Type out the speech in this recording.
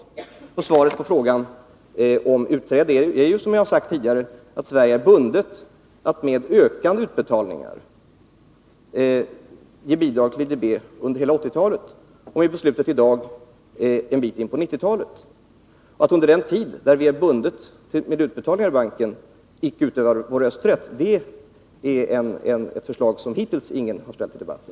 Svaret på frågan om utträde är, som jag har sagt tidigare, att Sverige är bundet att med ökande utbetalningar ge bidrag till IDB under hela 1980-talet och efter beslutet i dag en bit in på 1990-talet. Att vi under den tid då vi är bundna till utbetalningar till banken inte skulle utöva vår rösträtt är ett förslag som hittills ingen har ställt i debatten.